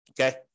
Okay